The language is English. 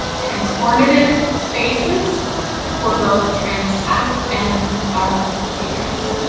transformative spaces for both trans staff and our patrons?